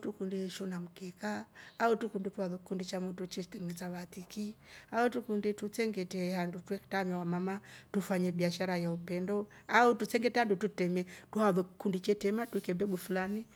Tukundi ishona mkeka, au tukundi tuanse kikundi cha mutru che tengenesa batiki, au tukundi tusengete handu twretramia wamama tufanye biashara ya upendo, au tusengete handu tutreme truharuwe kikundi chetrema tuikiye mbegu fulani